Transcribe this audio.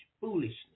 Foolishness